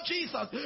Jesus